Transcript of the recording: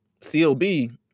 CLB